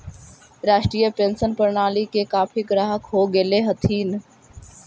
राष्ट्रीय पेंशन प्रणाली के काफी ग्राहक हो गेले हथिन